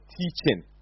teaching